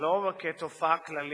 לא כתופעה כללית,